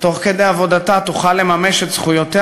תוך כדי עבודתה תוכל לממש את זכויותיה